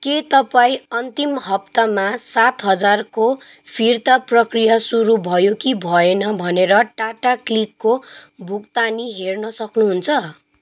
के तपाईँ अन्तिम हप्तामा सात हजारको फिर्ता प्रक्रिया सुरु भयो कि भएन भनेर टाटा क्लिकको भुकतानी हेर्न सक्नुहुन्छ